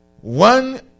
One